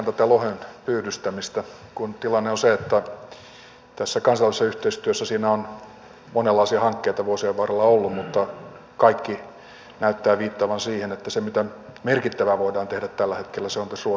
jatkan tätä lohenpyydystämistä kun tilanne on se että tässä kansallisessa yhteistyössä on monenlaisia hankkeita vuosien varrella ollut mutta kaikki näyttää viittaavaan siihen että se mitä merkittävää voidaan tehdä tällä hetkellä on tässä ruotsi yhteistyössä